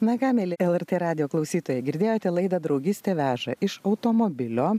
na ką mieli lrt radijo klausytoja girdėjote laida draugystė veža iš automobilio